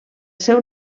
seu